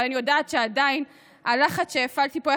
אבל אני יודעת שעדיין הלחץ שהפעלתי פה,